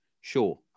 Sure